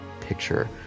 picture